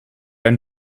ein